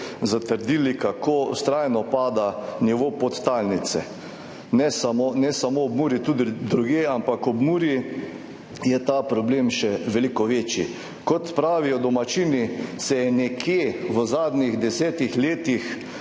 zatrdili, kako vztrajno pada nivo podtalnice, ne samo ob Muri, tudi drugje, ampak ob Muri je ta problem še veliko večji. Kot pravijo domačini, se je v zadnjih desetih letih